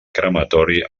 crematori